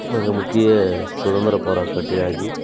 மிக முக்கிய சுதந்திரப் போராட்ட தியாகி